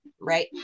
right